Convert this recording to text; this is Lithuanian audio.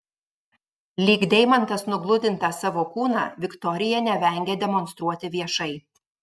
lyg deimantas nugludintą savo kūną viktorija nevengia demonstruoti viešai